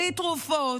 בלי תרופות,